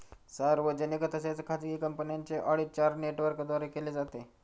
सार्वजनिक तसेच खाजगी कंपन्यांचे ऑडिट चार नेटवर्कद्वारे केले जाते